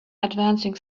advancing